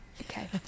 okay